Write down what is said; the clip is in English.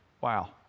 Wow